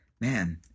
Man